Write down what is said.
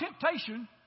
temptation